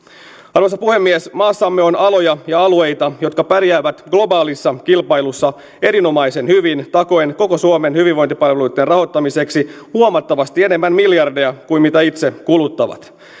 arvoisa puhemies maassamme on aloja ja alueita jotka pärjäävät globaalissa kilpailussa erinomaisen hyvin takoen koko suomen hyvinvointipalveluitten rahoittamiseksi huomattavasti enemmän miljardeja kuin mitä itse kuluttavat